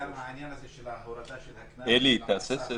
גם העניין הזה של ההורדה של הקנס --- ולכן תנסחו